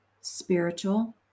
spiritual